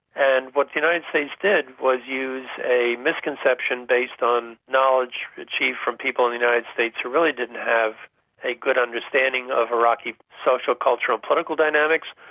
and what the united states did was use a misconception based on knowledge achieved from people in the united states who really didn't have a good understanding of iraqi social, cultural and political dynamics,